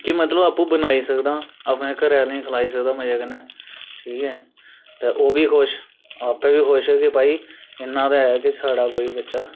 कि मतलब आपूं बनाई सकदा अपने घरे आह्लें गी खलाई सकदा मजे कन्नै ठीक ऐ ते ओह्बी खुश आपें बी खुश कि भाई इन्ना ते है के साढ़ा कोई बच्चा